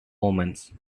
omens